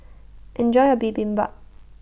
Enjoy your Bibimbap